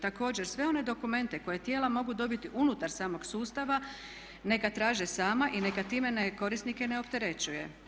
Također sve one dokumente koje tijela mogu dobiti unutar samog sustava neka traže sama i neka time korisnike ne opterećuje.